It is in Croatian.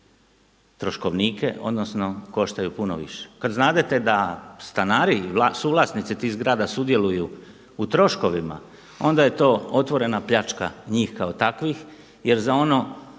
troškovnike, odnosno koštaju puno više. Kad znadete da stanari, suvlasnici tih zgrada sudjeluju u troškovima onda je to otvorena pljačka njih kao takvih jer za ono